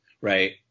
Right